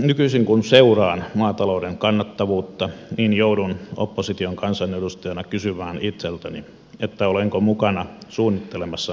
nykyisin kun seuraan maatalouden kannattavuutta joudun opposition kansanedustajana kysymään itseltäni olenko mukana suunnittelemassa nälänhätää suomeen